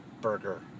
burger